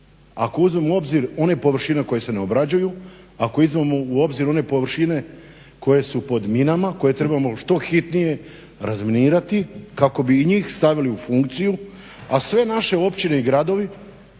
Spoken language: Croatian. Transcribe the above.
Ako uzmemo u obzir one površine koje se ne obrađuju, ako uzmemo u obzir one površine koje su pod minama, koje trebamo što hitnije razminirati kako bi i njih stavili u funkciju a sve naše općine i gradovi,